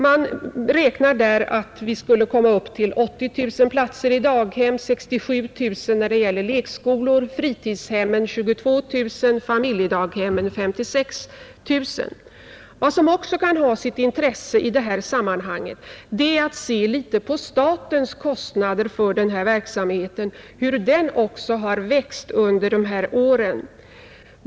Man räknar med att vi 1975 skulle komma upp till 80 000 platser i daghem, 67 000 i lekskolor, 22 000 i fritidshemmen och 56 000 i familjedaghemmen. Vad som också kan ha sitt intresse i detta sammanhang är att se litet på hur statens kostnader för denna verksamhet har vuxit under åren.